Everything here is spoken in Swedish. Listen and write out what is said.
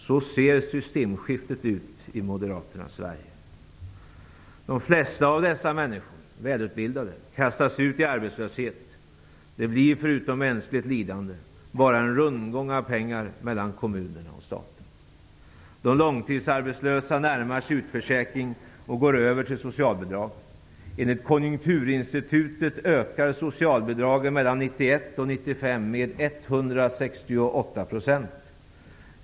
Så ser systemskiftet ut i Moderaternas Sverige. De flesta av dessa välutbildade människor kastas ut i arbetslöshet. Det blir -- förutom mänskligt lidande -- bara en rundgång av pengar mellan kommunerna och staten. De långtidsarbetslösa närmar sig utförsäkring och går över till socialbidrag. Enligt Konjunkturinstitutet kommer socialbidragen att öka 168 % mellan 1991 och 1995.